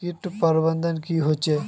किट प्रबन्धन की होचे?